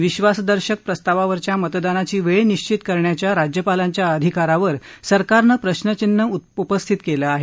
विश्वाससदर्शक प्रस्तावावरच्या मतदानाची वेळ निश्वित करण्याच्या राज्यपालांच्या अधिकारावर सरकारनं प्रश्नचिन्ह उपस्थित केलं आहे